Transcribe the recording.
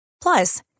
Plus